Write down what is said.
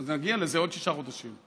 אז נגיע לזה עוד שישה חודשים.